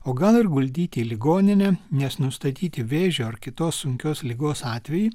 o gal ir guldyti į ligoninę nes nustatyti vėžio ar kitos sunkios ligos atvejį